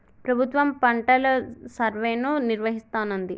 ప్రభుత్వం పంటల సర్వేను నిర్వహిస్తానంది